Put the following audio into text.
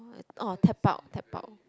orh tap out tap out